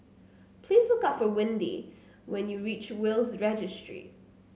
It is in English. please look for Windy when you reach Will's Registry